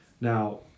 Now